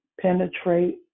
penetrate